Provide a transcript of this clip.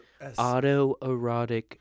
Autoerotic